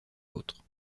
l’autre